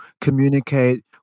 communicate